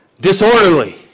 Disorderly